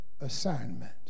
assignment